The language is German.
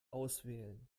auswählen